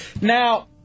Now